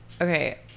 Okay